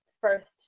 first